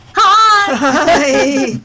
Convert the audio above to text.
Hi